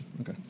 Okay